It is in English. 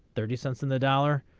thirty cents in the dollar.